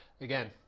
again